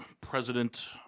president